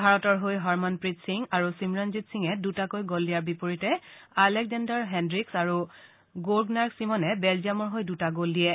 ভাৰতৰ হৈ হৰমনগ্ৰীত সিং আৰু ছিমৰনজিত সিঙে দুটাকৈ গ'ল দিয়াৰ বিপৰীতে আলেকজেঞ্জাৰ হেদ্ৰিকছ আৰু গৌগনাৰ্ড ছিমনে বেলজিয়ামৰ হৈ দুটা গ'ল দিয়ে